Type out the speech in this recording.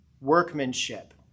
workmanship